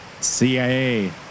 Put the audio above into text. CIA